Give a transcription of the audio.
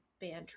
banter